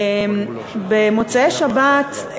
במוצאי שבת,